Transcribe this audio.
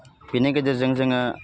बेनि गेजेरजों जोङो